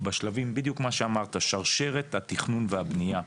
בשלבים שרשרת התכנון והבנייה.